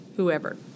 Whoever